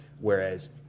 Whereas